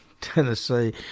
Tennessee